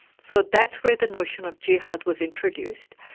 so that's where the notion of jihad was introduced,